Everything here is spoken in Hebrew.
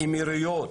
האמירויות,